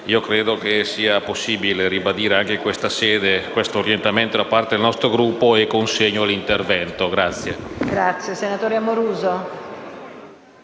Credo che sia possibile ribadire anche in questa sede questo orientamento da parte del nostro Gruppo e chiedo l'autorizzazione